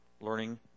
learning